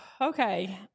Okay